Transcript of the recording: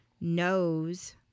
knows